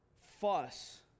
fuss